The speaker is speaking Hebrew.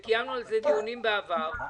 וקיימנו על זה דיונים בעבר,